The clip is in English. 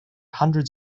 hundreds